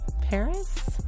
Paris